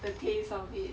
the taste of it